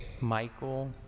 Michael